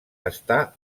està